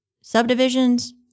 subdivisions